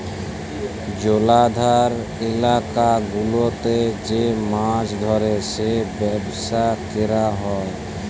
জলাধার ইলাকা গুলাতে যে মাছ ধ্যরে যে ব্যবসা ক্যরা হ্যয়